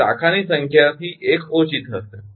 તેથી શાખાની સંખ્યા એક ઓછી હશે